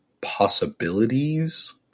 possibilities